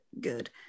good